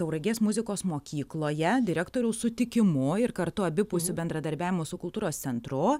tauragės muzikos mokykloje direktoriaus sutikimu ir kartu abipusiu bendradarbiavimu su kultūros centru